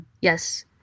Yes